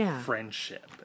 friendship